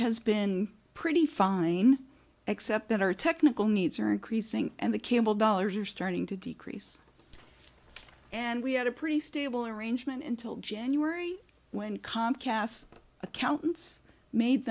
has been pretty fine except that our technical needs are increasing and the cable dollars are starting to decrease and we had a pretty stable arrangement until january when comcast accountants made